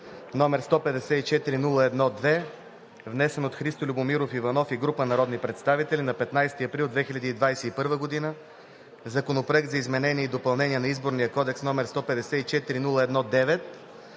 № 154-01-2, внесен от Христо Любомиров Иванов и група народни представители нa 15 април 2021 г., Законопроект за изменение и допълнение на Изборния кодекс, № 154-01-9,